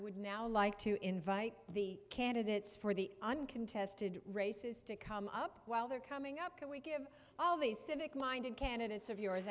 would now like to invite the candidates for the uncontested races to come up while they're coming up can we give all these civic minded candidates of yours